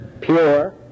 pure